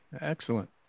Excellent